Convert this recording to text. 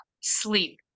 sleep